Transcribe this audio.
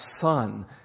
Son